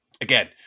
again